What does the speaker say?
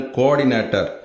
Coordinator